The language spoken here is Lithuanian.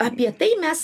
apie tai mes